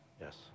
Yes